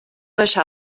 deixar